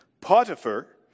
Potiphar